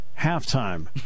halftime